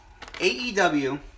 AEW